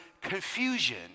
confusion